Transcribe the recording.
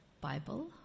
Bible